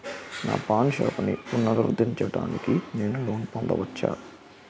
నా పాన్ షాప్ని పునరుద్ధరించడానికి నేను లోన్ పొందవచ్చా?